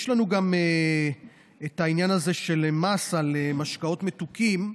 יש לנו גם העניין הזה של מס על משקאות מתוקים,